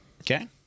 Okay